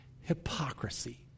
hypocrisy